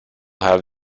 have